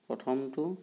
প্ৰথমটো